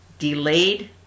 Delayed